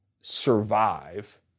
survive